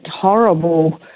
horrible